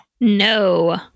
No